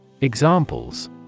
Examples